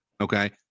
Okay